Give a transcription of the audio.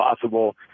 possible